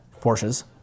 Porsches